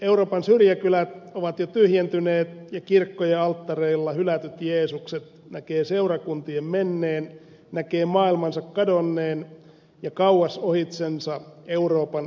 euroopan syrjäkylät ovat jo tyhjentyneet ja kirkkojen alttareilla hylätyt jeesukset näkee seurakuntien menneen näkee maailmansa kadonneen ja kauas ohitsensa euroopan edistyneen